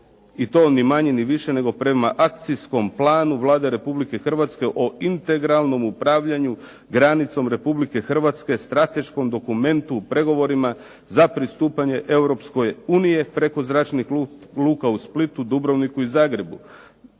I to ni manje ni više prema akcijskom planu Vlade Republike Hrvatske o integralnom upravljanju granicom Republike Hrvatske, strateškom dokumentu pregovorima za pristupanje Europskoj uniji preko zračnih luka u Splitu, Dubrovniku i Zagrebu.